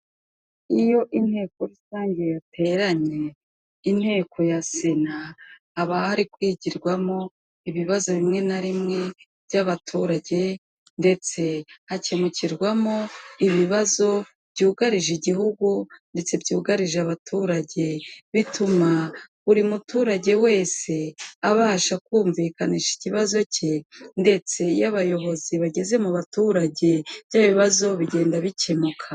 Ubwoko bw'amafaranga atandukanye kandi abarwa bitandukanye birimo biragaragara ko ari amafaranga yo mu bihugu bitandukanye rero buri gihugu kiba kigiye gifite amafaranga gikoresha amafaranga kandi ni meza kuko akora ibintu byinshi bitandukanye mirongo inani kwi ijana muri ubu buzima ni amafaranga cyane cyane ko usigaye ajya no kwa muganga mbere yuko uvurwa bikagusaba kubanza kwishyura nibwo uhita umenya akamaro k'amafaranga